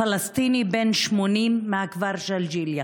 פלסטיני בן 80 מהכפר ג'ילג'יליה,